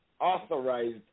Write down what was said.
authorized